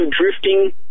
drifting